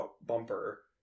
bumper